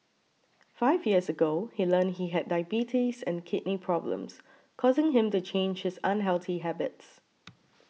five years ago he learnt he had diabetes and kidney problems causing him to change his unhealthy habits